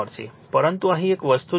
પરંતુ અહીં એક વસ્તુ જુઓ તે 5